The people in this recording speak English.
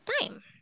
time